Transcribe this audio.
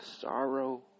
sorrow